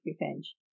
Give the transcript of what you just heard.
revenge